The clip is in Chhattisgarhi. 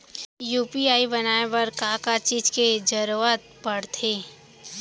यू.पी.आई बनाए बर का का चीज के जरवत पड़थे?